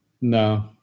No